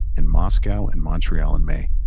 in moscow and montreal in may.